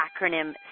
acronym